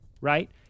right